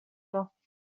pas